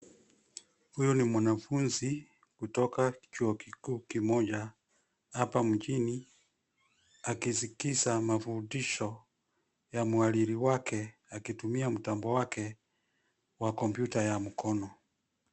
Huyu ni mwanafunzi, kutoka chuo kikuu kimoja, hapa mjini, akisikiza mafundisho, ya mhariri wake, akitumia mtambo wake, wa kompyuta ya mkono.